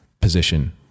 position